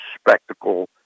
spectacle